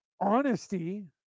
Honesty